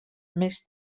més